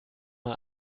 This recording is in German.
mal